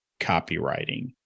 copywriting